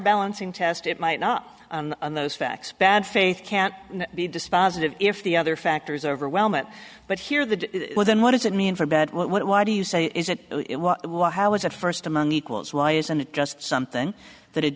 balancing test it might not on those facts bad faith can't be dispositive if the other factors overwhelm it but here the well then what does it mean for bad why do you say is it what how is it first among equals why isn't it just something that